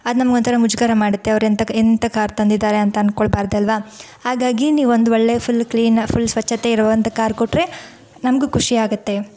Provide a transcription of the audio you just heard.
ಅದು ನಮ್ಗೊಂಥರ ಮುಜುಗರ ಮಾಡುತ್ತೆ ಅವ್ರೆಂಥ ಎಂಥ ಕಾರ್ ತಂದಿದ್ದಾರೆ ಅಂತ ಅನ್ಕೊಳ್ಬಾರ್ದಲ್ವಾ ಹಾಗಾಗಿ ನೀವೊಂದು ಒಳ್ಳೆ ಫುಲ್ ಕ್ಲೀನ್ ಫುಲ್ ಸ್ವಚ್ಛತೆ ಇರುವಂಥ ಕಾರ್ ಕೊಟ್ಟರೆ ನಮಗೂ ಖುಷಿಯಾಗತ್ತೆ